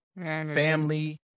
family